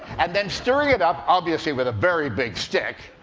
and then stirring it up, obviously with a very big stick,